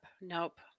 Nope